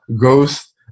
Ghost